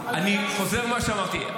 אני חוזר ממה שאמרתי.